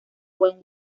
when